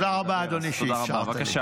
תודה רבה, אדוני, שאפשרת לי.